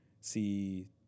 see